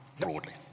broadly